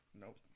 nope